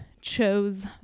chose